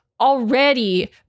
already